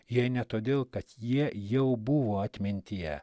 jei ne todėl kad jie jau buvo atmintyje